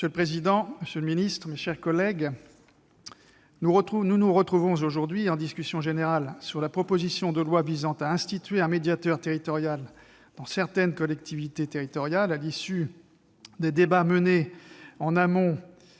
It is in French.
Monsieur le président, monsieur le ministre, mes chers collègues, nous nous retrouvons aujourd'hui pour examiner cette proposition de loi visant à instituer un médiateur territorial dans certaines collectivités territoriales, à l'issue des débats menés en amont